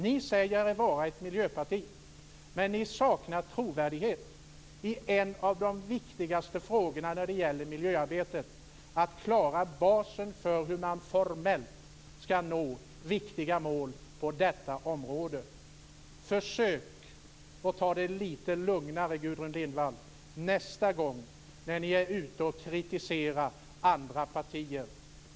Ni säger er vara ett miljöparti, men ni saknar trovärdighet i en av de viktigaste frågorna för miljöarbetet: att klara basen för hur man formellt skall nå viktiga mål på detta område. Försök ta det lite lugnare, Gudrun Lindvall, nästa gång ni är ute och kritiserar andra partier.